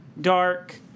dark